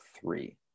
three